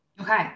Okay